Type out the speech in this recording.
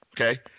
okay